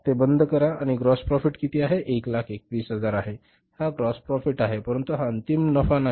ते बंद करा आणि ग्राॅस प्रोफिट हा किती आहे तर हा 121000 आहे हा ग्राॅस प्रोफिट आहे परंतु हा अंतिम नफा नाही